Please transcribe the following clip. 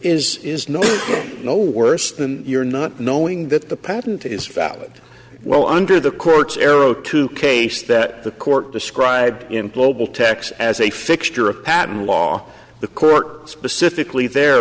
is is not no worse than your not knowing that the patent is valid well under the court's arrow two case that the court described in global tax as a fixture of patent law the court specifically there